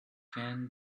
can